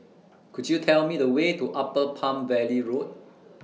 Could YOU Tell Me The Way to Upper Palm Valley Road